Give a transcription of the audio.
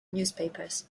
newspapers